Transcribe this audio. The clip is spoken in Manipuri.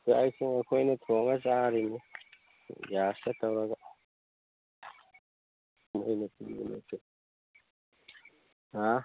ꯆꯥꯛ ꯏꯁꯤꯡ ꯑꯩꯈꯣꯏꯅ ꯊꯣꯡꯉꯒ ꯆꯥꯔꯤꯅꯦ ꯒ꯭ꯌꯥꯁꯇ ꯇꯧꯔꯒ ꯃꯣꯏꯅ ꯄꯤꯕ ꯅꯠꯇꯦ ꯍꯥ